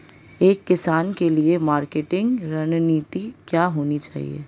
एक किसान के लिए मार्केटिंग रणनीति क्या होनी चाहिए?